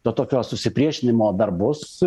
to tokio susipriešinimo dar bus